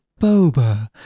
Boba